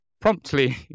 promptly